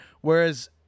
Whereas